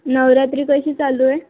नवरात्री कशी चालू आहे